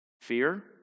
Fear